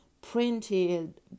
printed